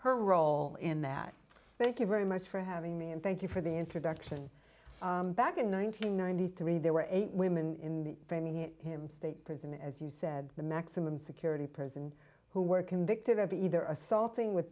her role in that thank you very much for having me and thank you for the introduction back in nineteen ninety three there were eight women in framing it him state prison as you said the maximum security prison who were convicted of either assaulting with